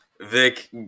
Vic